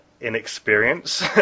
inexperience